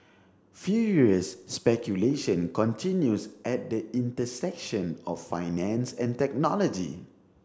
furious speculation continues at the intersection of finance and technology